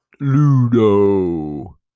Ludo